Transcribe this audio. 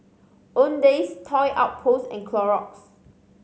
Owndays Toy Outpost and Clorox